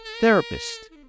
therapist